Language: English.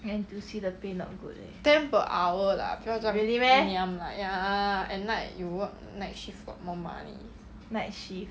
ten per hour lah 不要这样 ngiam lah ya at night you work night shift got more money